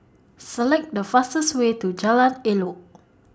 Select The fastest Way to Jalan Elok